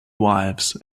wives